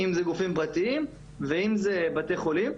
אם אלה גופים פרטיים ואם אלה בתי חולים.